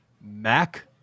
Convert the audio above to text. Mac